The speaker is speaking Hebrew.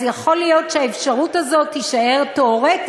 אז יכול להיות שהאפשרות הזו תישאר תיאורטית,